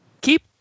keep